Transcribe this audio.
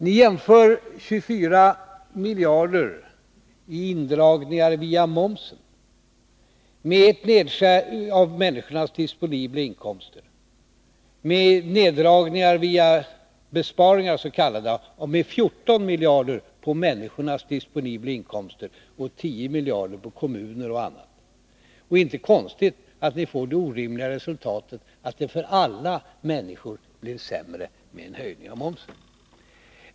Ni jämför 24 miljarder i indragningar via momsen av människornas disponibla inkomster med neddragningar via s.k. besparingar med 14 miljarder på människornas disponibla inkomster mot 10 miljarder för kommuner och andra. Det är inte konstigt att ni får det orimliga resultatet att det för alla människor blir sämre med en höjning av momsen.